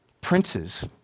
princes